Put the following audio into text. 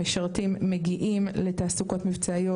המשרתים מגיעים לתעסוקות מבצעיות,